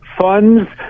Funds